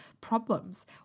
problems